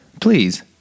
please